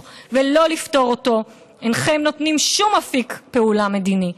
ולא לפתור אותו אינכם נותנים שום אפיק פעולה מדיני,